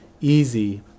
easy